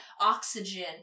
Oxygen